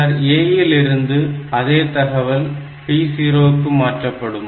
பின்னர் A இல் இருந்து அதே தகவல் P0 க்கு மாற்றப்படும்